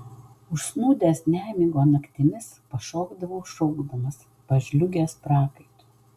užsnūdęs nemigo naktimis pašokdavau šaukdamas pažliugęs prakaitu